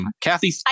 Kathy